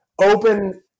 Open